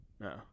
No